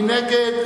ומי נגד?